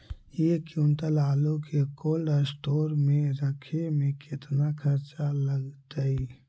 एक क्विंटल आलू के कोल्ड अस्टोर मे रखे मे केतना खरचा लगतइ?